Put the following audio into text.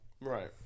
Right